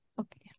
Okay